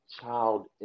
child